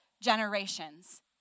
generations